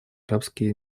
арабские